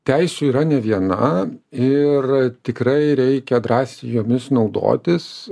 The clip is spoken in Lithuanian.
teisių yra ne viena ir tikrai reikia drąsiai jomis naudotis